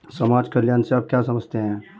समाज कल्याण से आप क्या समझते हैं?